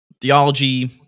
theology